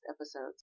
episodes